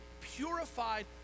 purified